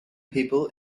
people